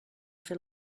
fer